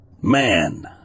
Man